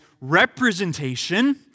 representation